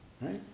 Right